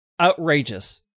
outrageous